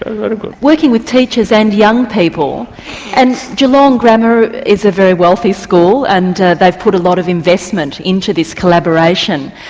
ah very good. working with teachers and young people and geelong grammar is a very wealthy school and they've put a lot of investment into this collaboration.